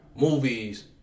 movies